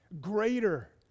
greater